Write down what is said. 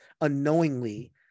unknowingly